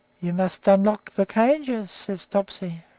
you must unlock the cages, says topsy.